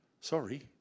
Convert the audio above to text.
Sorry